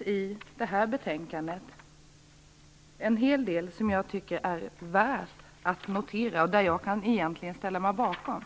i det aktuella betänkandet en hel del som jag tycker är värt att notera och som jag kan ställa mig bakom.